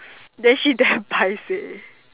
then she damn paiseh